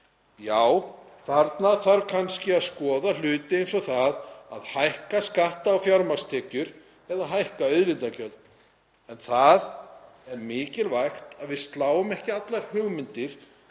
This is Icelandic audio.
Já, þarna þarf kannski að skoða hluti eins og að hækka skatta á fjármagnstekjur eða að hækka auðlindagjöld. En það er mikilvægt að við sláum ekki allar hugmyndir